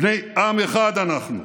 בני עם אחד אנחנו.